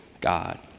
God